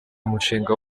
umushinga